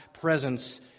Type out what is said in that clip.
presence